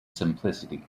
simplicity